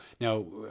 Now